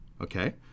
Okay